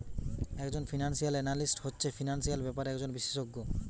একজন financial analyst হচ্ছে financial ব্যাপারে একজন বিশেষজ্ঞ